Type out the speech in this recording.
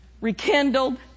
rekindled